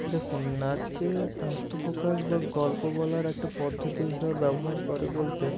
দেখুন নাচকে আত্মপ্রকাশ বা গল্প বলার একটা পদ্ধতি হিসাবে ব্যবহার করে বলতে